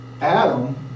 Adam